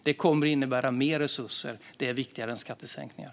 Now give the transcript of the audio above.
Det kommer att innebära mer resurser, och det är viktigare än skattesänkningar.